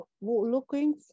looking